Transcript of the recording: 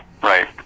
Right